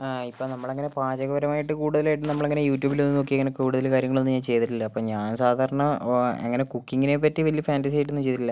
ആ ഇപ്പം നമ്മൾ അങ്ങനെ പാചകപരമായിട്ട് കൂടുതലായിട്ടും നമ്മളങ്ങനെ യൂട്യൂബിലൊന്നും നോക്കി അങ്ങനെ കൂടുതൽ കാര്യങ്ങളൊന്നും ഞാൻ ചെയ്തിട്ടില്ല അപ്പം ഞാൻ സാധാരണ ഇങ്ങനെ കുക്കിങ്ങിനെ പറ്റി വലിയ ഫാൻ്റസി ആയിട്ടൊന്നും ചെയ്തിട്ടില്ല